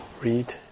read